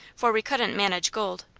for we couldn't manage gold.